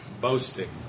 boasting